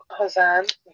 hosan